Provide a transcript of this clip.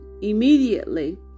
immediately